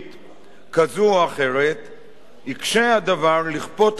יקשה לכפות עליו עמדה הלכתית אחרת,